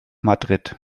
madrid